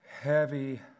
Heavy